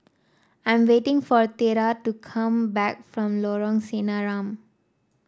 I'm waiting for Tera to come back from Lorong Sinaran